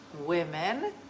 women